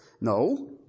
No